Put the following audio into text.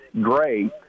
Gray